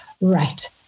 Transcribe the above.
right